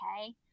okay